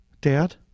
dad